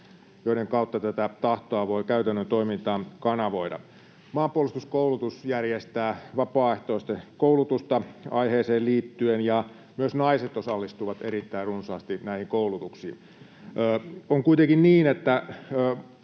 joiden kautta tätä tahtoa voi käytännön toimintaan kanavoida. Maanpuolustuskoulutus järjestää vapaaehtoista koulutusta aiheeseen liittyen, ja myös naiset osallistuvat erittäin runsaasti näihin koulutuksiin. On kuitenkin niin, että